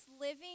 living